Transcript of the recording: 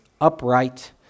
upright